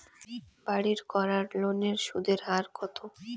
বাড়ির করার লোনের সুদের হার কত?